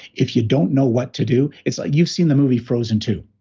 if you don't know what to do, it's like, you've seen the movie, frozen two,